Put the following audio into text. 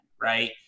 right